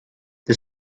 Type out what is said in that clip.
the